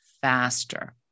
faster